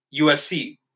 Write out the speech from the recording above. usc